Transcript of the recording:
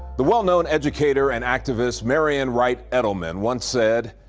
the well known educator and activist marion wright edelman once said,